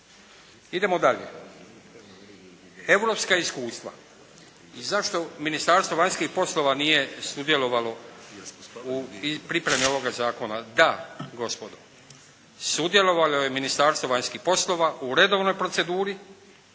Idemo dalje. Europska iskustva. Zašto Ministarstvo vanjskih poslova nije sudjelovalo u pripremi ovoga zakona. Da gospodo, sudjelovalo je Ministarstvo vanjskih poslova u redovnoj proceduri,